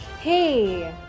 Hey